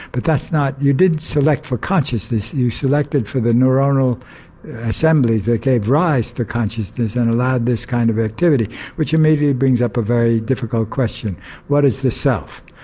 but that's not. you didn't select for consciousness, you selected for the neuronal assemblies that gave rise to consciousness and allowed this kind of activity which immediately brings up a very difficult question what is the self?